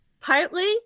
partly